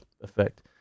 effect